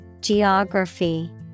Geography